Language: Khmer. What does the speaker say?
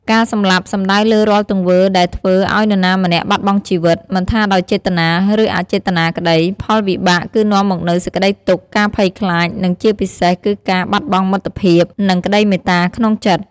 ការសម្លាប់ សំដៅលើរាល់ទង្វើដែលធ្វើឲ្យនរណាម្នាក់បាត់បង់ជីវិត មិនថាដោយចេតនា ឬអចេតនាក្តី ផលវិបាកគឺនាំមកនូវសេចក្តីទុក្ខ ការភ័យខ្លាច និងជាពិសេសគឺការបាត់បង់មិត្តភាព និងក្តីមេត្តាក្នុងចិត្ត។